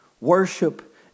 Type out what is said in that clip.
Worship